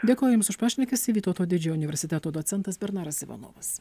dėkoju jums už pašnekesį vytauto didžiojo universiteto docentas bernaras ivanovas